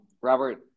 Robert